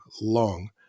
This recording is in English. long